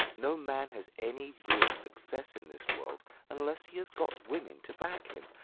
no man has any real success in this world unless he has got women to back him,